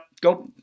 Go